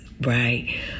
right